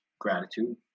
gratitude